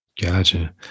Gotcha